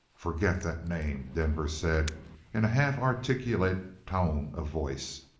forget that name! denver said in a half-articulate tone of voice.